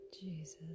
Jesus